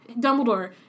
Dumbledore